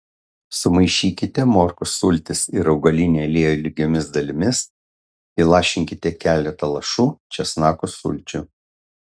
sumaišykite morkų sultis ir augalinį aliejų lygiomis dalimis įlašinkite keletą lašų česnakų sulčių